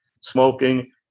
smoking